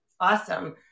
Awesome